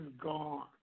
gone